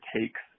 takes